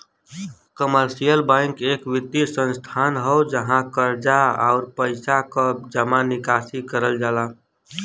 commercial bank एक वित्तीय संस्थान हौ जहाँ कर्जा, आउर पइसा क जमा निकासी करल जाला